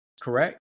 correct